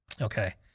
Okay